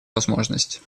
возможность